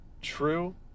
true